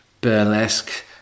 burlesque